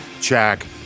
Check